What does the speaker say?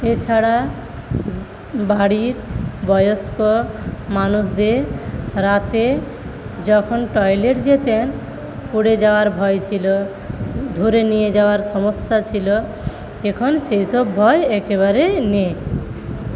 এছাড়া বাড়ির বয়স্ক মানুষদের রাতে যখন টয়লেট যেতেন পড়ে যাওয়ার ভয় ছিল ধরে নিয়ে যাওয়ার সমস্যা ছিল এখন সেইসব ভয় একেবারেই নেই